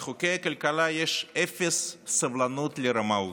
לחוקי הכלכלה יש אפס סבלנות לרמאות,